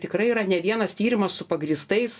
tikrai yra ne vienas tyrimas su pagrįstais